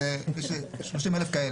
יש 30,000 כאלה.